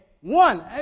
one